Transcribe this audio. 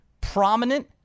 prominent